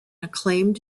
acclaimed